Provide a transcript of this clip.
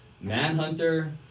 Manhunter